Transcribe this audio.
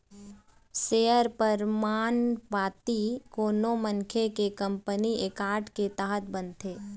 share परमान पाती कोनो मनखे के कंपनी एक्ट के तहत बनथे